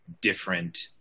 different